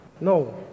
No